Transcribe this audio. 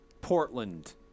Portland